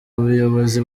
ubuyobozi